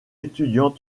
étudiant